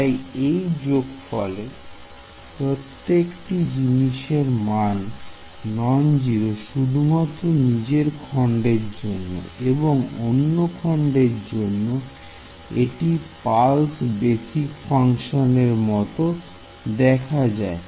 তাই এই যোগফলে প্রত্যেকটি জিনিসের মান নন জিরো শুধুমাত্র নিজের খন্ডের জন্য এবং অন্য খন্ডের জন্য এটি পালস বেসিক ফাংশন এর মত দেখা যায়